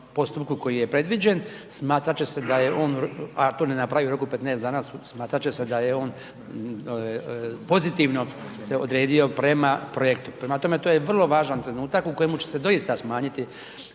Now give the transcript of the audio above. u roku 15 dana, smatrat će se da je on pozitivno se odredio prema projektu. Prema tome, to je vrlo važan trenutak u kojemu će se doista smanjiti